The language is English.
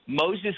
Moses